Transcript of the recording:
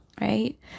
Right